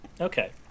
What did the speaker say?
okay